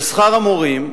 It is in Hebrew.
ושכר המורים,